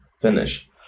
finish